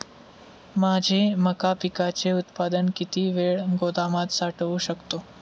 माझे मका पिकाचे उत्पादन किती वेळ गोदामात साठवू शकतो?